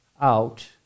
out